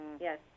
Yes